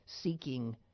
seeking